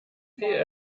viel